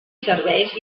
serveis